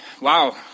Wow